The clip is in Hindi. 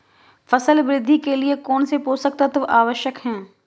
फसल वृद्धि के लिए कौनसे पोषक तत्व आवश्यक हैं?